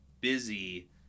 busy